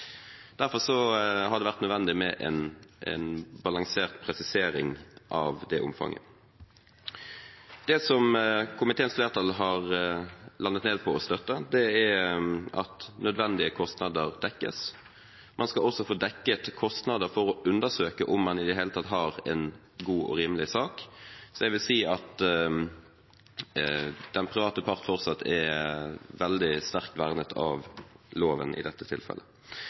har det vært nødvendig med en balansert presisering av omfanget. Det komiteens flertall har landet på å støtte, er at nødvendige kostnader dekkes. Man skal også få dekket kostnader for å undersøke om man i det hele tatt har en god og rimelig sak, dvs. at den private part fortsatt er veldig sterkt vernet av loven i dette tilfellet.